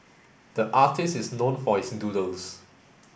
the artist is known for his doodles